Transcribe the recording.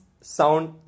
sound